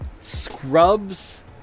scrubs